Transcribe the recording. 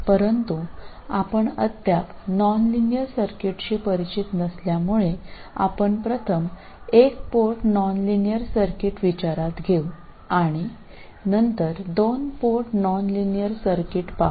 परंतु आपण अद्याप नॉनलिनियर सर्किटशी परिचित नसल्यामुळे आपण प्रथम एक पोर्ट नॉनलिनियर सर्किट विचारात घेऊ आणि नंतर दोन पोर्ट नॉनलिनियर सर्किट पाहू